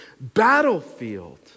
battlefield